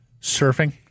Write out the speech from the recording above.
surfing